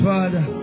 Father